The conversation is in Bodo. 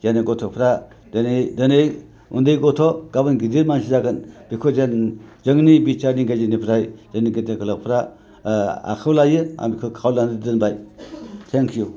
जोंनि गथ'फ्रा दिनै दिनै उन्दै गथ' गाबोन गिदिर मानसि जागोन बेखौ जों जोंनि बिटिआरनि गेजेरनिफ्राय जोंनि गेदेर गोलावफ्रा आखायाव लायो आं खावलायनानै दोनबाय थें इउ